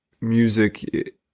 music